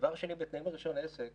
דבר שני, בתנאים לרישיון עסק